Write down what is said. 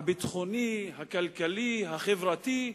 הביטחוני, הכלכלי, החברתי.